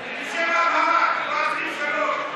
לשם הבהרה, תקרא את סעיף (3).